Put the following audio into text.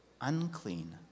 unclean